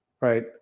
right